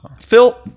Phil